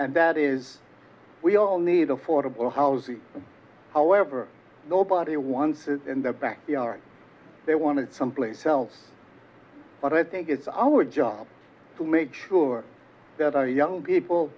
and that is we all need affordable housing however nobody wants is in their backyard they wanted someplace else but i think it's our job to make sure that our young people